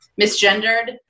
misgendered